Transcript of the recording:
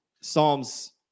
psalms